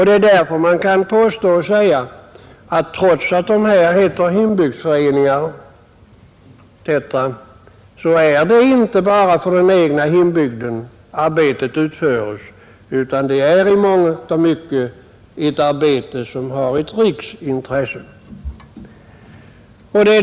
Det är därför man kan påstå att trots att det heter hembygdsföreningar är det inte bara för den egna hembygden arbetet utförs, utan det är i mångt och mycket ett arbete som har riksintresse.